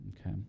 okay